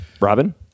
Robin